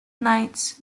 knights